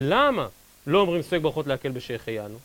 למה לא אומרים ספק ברכות להקל בשהחיינו